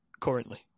currently